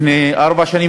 לפני ארבע שנים,